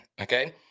Okay